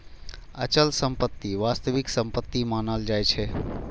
अचल संपत्ति वास्तविक संपत्ति मानल जाइ छै